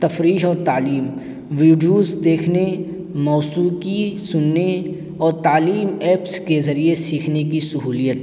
تفریج اور تعلیم ویڈیوز دیکھنے موسیقی سننے اور تعلیم ایپس کے ذریعے سیکھنے کی سہولیت